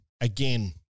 Again